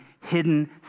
hidden